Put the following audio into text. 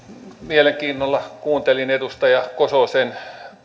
mielenkiinnolla kuuntelin edustaja kososen